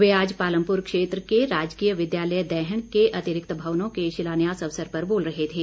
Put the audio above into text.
वे आज पालमपुर क्षेत्र के राजकीय विद्यालय दैहण के अतिरिक्त भवनों के शिलान्यास अवसर पर बोल रहे थे